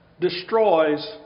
destroys